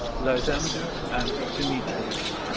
lysander, and demetrius